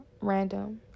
random